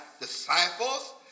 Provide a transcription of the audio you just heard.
disciples